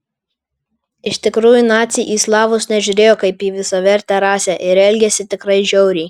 iš tikrųjų naciai į slavus nežiūrėjo kaip į visavertę rasę ir elgėsi tikrai žiauriai